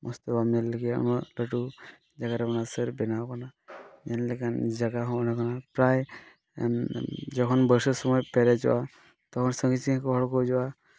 ᱢᱚᱡᱽ ᱛᱮ ᱵᱟᱢ ᱧᱮᱞ ᱠᱮᱭᱟ ᱩᱱᱟᱹᱜ ᱞᱟᱹᱴᱩ ᱡᱟᱭᱜᱟ ᱨᱮ ᱢᱮᱱᱟᱜᱼᱟ ᱥᱟᱹᱨ ᱵᱮᱱᱟᱣ ᱠᱟᱱᱟ ᱧᱮᱞ ᱞᱮᱠᱷᱟᱱ ᱡᱟᱭᱜᱟ ᱦᱚᱸ ᱚᱱᱟ ᱠᱟᱱᱟ ᱯᱨᱟᱭ ᱡᱚᱠᱷᱚᱱ ᱵᱟᱹᱨᱥᱟᱹ ᱥᱚᱢᱚᱭ ᱯᱮᱨᱮᱡᱚᱜᱼᱟ ᱛᱚᱠᱷᱚᱱ ᱥᱟᱺᱜᱤᱧ ᱥᱟᱺᱜᱤᱧ ᱠᱷᱚᱡ ᱦᱚᱲᱠᱚ ᱦᱤᱡᱩᱜᱟ